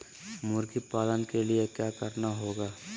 मुर्गी पालन के लिए क्या करना होगा?